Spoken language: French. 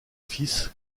fils